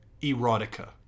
erotica